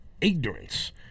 ignorance